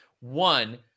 one